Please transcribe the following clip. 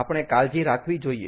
આપણે કાળજી રાખવી જોઈએ